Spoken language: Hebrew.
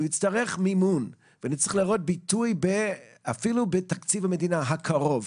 הוא יצטרך מימון וצריך לראות ביטוי בתקציב המדינה הקרוב.